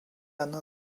она